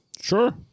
Sure